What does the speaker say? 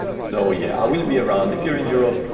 so yeah, i will be around. if you're in europe,